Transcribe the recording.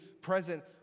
present